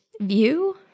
view